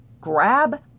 grab